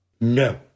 no